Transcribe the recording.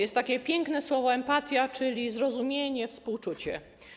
Jest takie piękne słowo: empatia, czyli zrozumienie, współczucie.